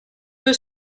peu